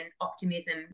optimism